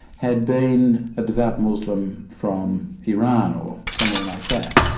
had been a devout muslim from iran, or somewhere like that.